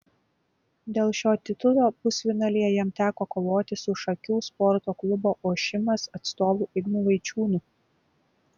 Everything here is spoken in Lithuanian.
dėl šio titulo pusfinalyje jam teko kovoti su šakių sporto klubo ošimas atstovu ignu vaičiūnu